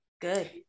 Good